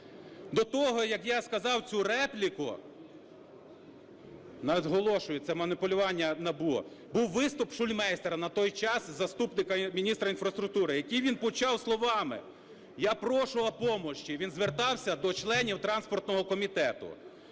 До того, як я сказав цю репліку, наголошую, це маніпулювання НАБУ, був виступ Шульмейстера, на той час заступника міністра інфраструктури, який він почав словами: "Я прошу о помощи". Він звертався до членів транспортного комітету: